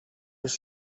his